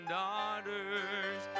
daughters